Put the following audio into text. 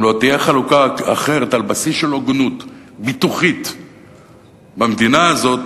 אם לא תהיה חלוקה אחרת על בסיס של הוגנות ביטוחית במדינה הזאת,